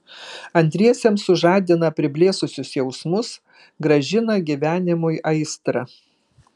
antriesiems sužadina priblėsusius jausmus grąžina gyvenimui aistrą